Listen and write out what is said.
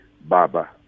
Baba